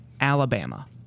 Alabama